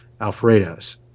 Alfredo's